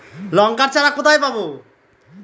লঙ্কার চারা কোথায় পাবো?